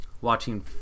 watching